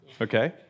okay